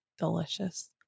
Delicious